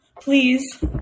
Please